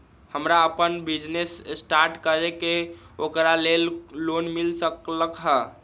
हमरा अपन business start करे के है ओकरा लेल लोन मिल सकलक ह?